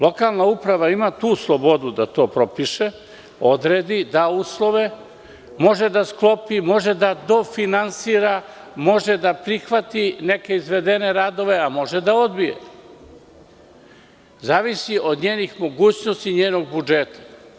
Lokalna uprava ima tu slobodu da to propiše, odredi, da uslove, može da sklopi, može da dofinansira, može da prihvati neke izvedene radove, a može da odbije, zavisi od njenih mogućnosti, njenog budžeta.